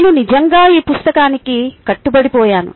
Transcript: నేను నిజంగా ఈ పుస్తకానికి కట్టుబడిపోయాను